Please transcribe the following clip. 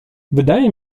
wydaje